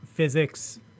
physics